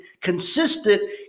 consistent